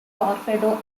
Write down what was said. torpedo